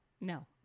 no